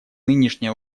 нынешняя